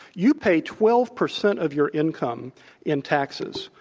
you pay twelve percent of your income in taxes,